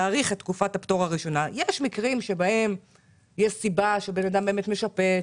להאריך את תקופת הפטור הראשונה במקרים בהם בן האדם משפץ,